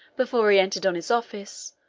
before he entered on his office,